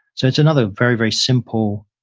so it's another very, very simple